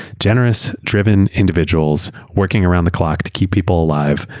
generous driven individuals working around the clock to keep people alive,